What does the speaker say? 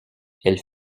elle